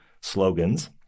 slogans